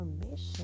permission